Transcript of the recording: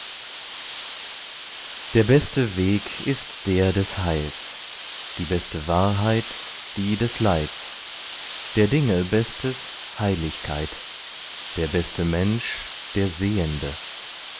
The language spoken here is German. der beste weg ist der des heils die beste wahrheit die des leids der dinge bestes heiligkeit der beste mensch der sehende